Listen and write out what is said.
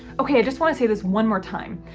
okay, i just want to say this one more time.